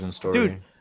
Dude